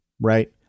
right